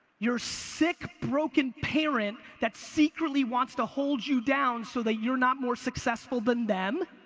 your sick, broken parent that secretly wants to hold you down so that you're not more successful than them.